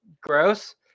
gross